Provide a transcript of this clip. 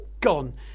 gone